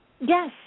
Yes